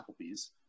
Applebee's